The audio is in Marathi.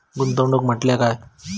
गुंतवणूक म्हटल्या काय?